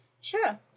Sure